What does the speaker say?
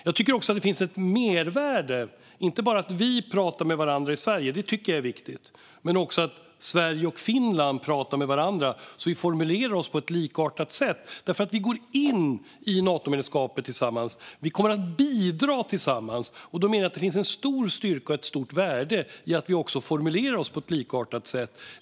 Jag tycker också att det finns ett mervärde i att vi pratar med varandra i Sverige - det tycker jag är viktigt - men också i att Sverige och Finland pratar med varandra så att vi formulerar oss på ett likartat sätt eftersom vi går in i Natomedlemskapet tillsammans och kommer att bidra tillsammans. Jag menar att det finns en stor styrka och ett stort värde i att vi också formulerar oss på ett likartat sätt.